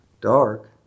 Dark